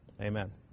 Amen